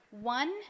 One